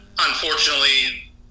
unfortunately